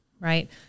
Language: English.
right